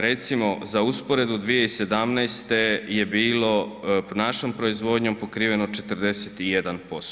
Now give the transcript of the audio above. Recimo za usporedbu 2017. je bilo našom proizvodnjom pokriveno 41%